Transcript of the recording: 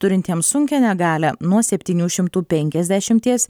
turintiems sunkią negalią nuo septynių šimtų penkiasdešimties